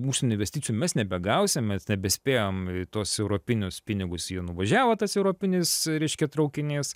mūsų investicijų mes nebegausim mes nebespėjom tuos europinius pinigus jie nuvažiavo tas europinis reiškia traukinys